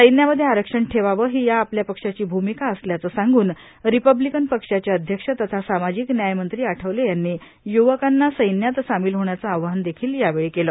सैन्यांमध्ये आरक्षण ठेवावे ही या आपल्या पक्षाची भूमिका असल्याचं सांगून रिपब्लीकन पक्षाचे अध्यक्ष तथा सामाजिक न्याय मंत्री आठवले यांनी य्वकांना सैन्यात सामील होण्याचं आवाहन देखील त्यांनी यावेळी केलं